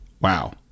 Wow